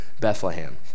Bethlehem